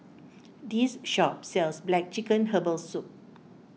this shop sells Black Chicken Herbal Soup